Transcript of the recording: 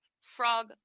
frog